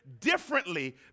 differently